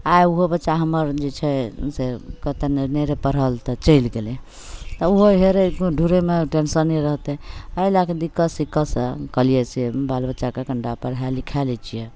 आइ ओहो बच्चा हमर जे छै से कतहु नहि रहै पढ़ल तऽ चलि गेलै तऽ ओहो हेरै ढूँढैमे टेन्शने रहतै एहि लैके दिक्कत सिक्कतसे कहलिए से बाल बच्चाकेँ कनिटा पढ़ै लिखै लै छिए